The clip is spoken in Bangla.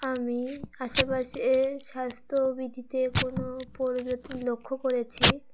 আমি আশেপাশে স্বাস্থ্যবিধিতে কোনো পরিবর্তন লক্ষ্য করেছি